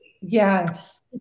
Yes